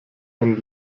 ein